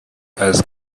ask